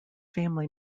family